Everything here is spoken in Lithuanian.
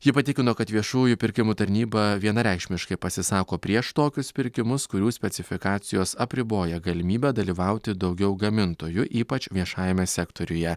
ji patikino kad viešųjų pirkimų tarnyba vienareikšmiškai pasisako prieš tokius pirkimus kurių specifikacijos apriboja galimybę dalyvauti daugiau gamintojų ypač viešajame sektoriuje